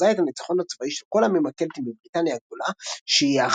החוזה את הניצחון הצבאי של כל העמים הקלטיים בבריטניה הגדולה שייאחדו